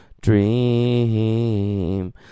dream